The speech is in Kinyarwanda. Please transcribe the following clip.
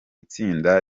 itsinda